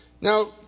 Now